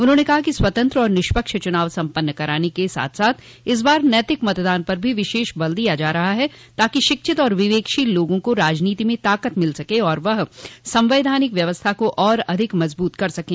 उन्होंने कहा कि स्वतंत्र और निष्पक्ष चुनाव सम्पन्न कराने के साथ साथ इस बार नैतिक मतदान पर भी विशेष बल दिया जा रहा है ताकि शिक्षित और विवेकशील लोगों को राजनीति में ताकत मिल सके और वह संवैधानिक व्यवस्था को और अधिक मज़बूत कर सकें